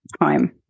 time